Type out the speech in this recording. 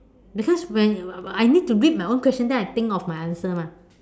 because when I I need to read my own question then I think of a answer mah